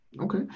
okay